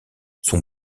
sont